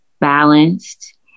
balanced